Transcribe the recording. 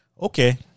okay